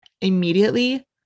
immediately